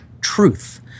truth